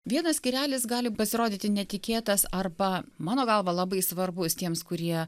vienas skyrelis gali pasirodyti netikėtas arba mano galva labai svarbus tiems kurie